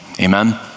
Amen